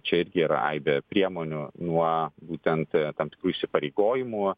čia irgi yra aibė priemonių nuo būtent tam tikrų įsipareigojimų